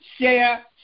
share